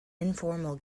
informal